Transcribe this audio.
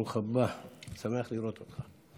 ברוך הבא, אני שמח לראות אותך.